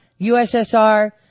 USSR